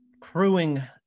crewing